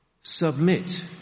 Submit